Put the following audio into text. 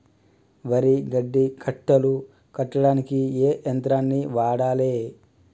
వరి గడ్డి కట్టలు కట్టడానికి ఏ యంత్రాన్ని వాడాలే?